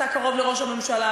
אתה קרוב לראש הממשלה,